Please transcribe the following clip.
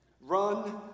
run